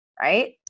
right